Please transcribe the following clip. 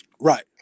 right